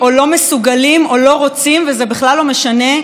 וזה בכלל לא משנה כרגע מה מהם,